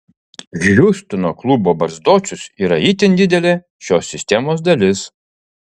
hjustono klubo barzdočius yra itin didelė šios sistemos dalis